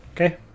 okay